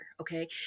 okay